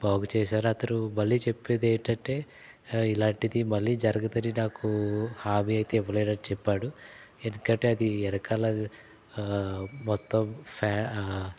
బాగు చేశారు అతను మళ్ళీ చెప్పేదేంటంటే ఇలాంటిది మళ్ళీ జరగదని నాకు హామీ అయితే ఇవ్వలేనని చెప్పాడు ఎందుకంటే అది వెనకాల మొత్తం ఫ్యా